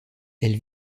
elle